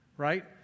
Right